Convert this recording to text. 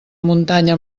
muntanya